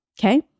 Okay